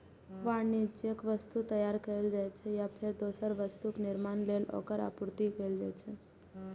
वाणिज्यिक वस्तु तैयार कैल जाइ छै, आ फेर दोसर वस्तुक निर्माण लेल ओकर आपूर्ति कैल जाइ छै